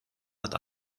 hat